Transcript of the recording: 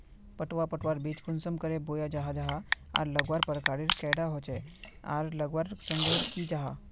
पटवा पटवार बीज कुंसम करे बोया जाहा जाहा आर लगवार प्रकारेर कैडा होचे आर लगवार संगकर की जाहा?